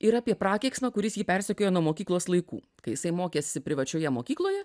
ir apie prakeiksmą kuris jį persekiojo nuo mokyklos laikų kai jisai mokėsi privačioje mokykloje